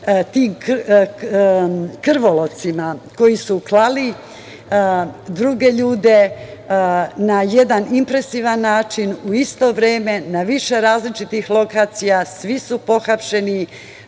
tim krvolocima koji su klali druge ljude na jedan impresivan način u isto vreme, na više različitih lokacija, svi su pohapšeni.